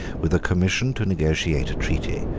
with a commission to negotiate a treaty,